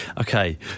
Okay